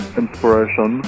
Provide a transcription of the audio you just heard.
inspiration